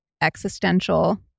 existential